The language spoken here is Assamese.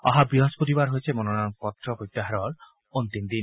অহা বৃহস্পতিবাৰ হৈছে মনোনয়ন পত্ৰ প্ৰত্যাহাৰৰ অন্তিম দিন